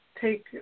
take